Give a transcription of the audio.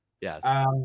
yes